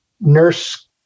nurse